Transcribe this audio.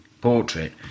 portrait